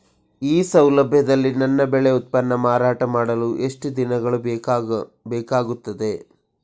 ಈ ಸೌಲಭ್ಯದಲ್ಲಿ ನನ್ನ ಬೆಳೆ ಉತ್ಪನ್ನ ಮಾರಾಟ ಮಾಡಲು ಎಷ್ಟು ದಿನಗಳು ಬೇಕಾಗುತ್ತದೆ?